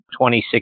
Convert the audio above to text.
2016